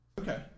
Okay